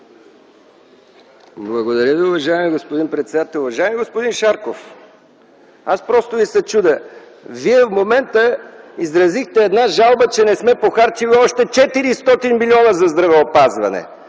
Благодаря Ви, уважаеми господин председател. Уважаеми господин Шарков, аз просто Ви се чудя. Вие в момента изразихте една жалба, че не сме похарчили още 400 милиона за здравеопазване.